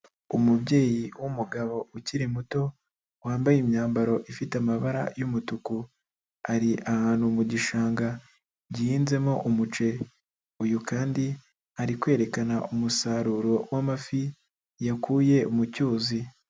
Umubyeyi w'umugabo ukiri muto, wambaye imyambaro ifite amabara y'umutuku. Ari ahantu mu gishanga gihinzemo umuceri, uyu kandi ari kwerekana umusaruro w'amafi yakuye mu cyuzi.